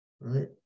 Right